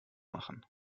machen